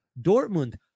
Dortmund